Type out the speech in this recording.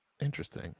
Interesting